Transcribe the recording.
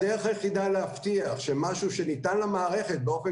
הדרך היחידה להבטיח שמשהו שניתן למערכת באופן